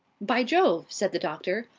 by jove, said the doctor,